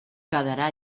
quedarà